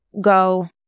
go